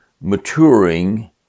maturing